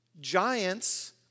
giants